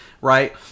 right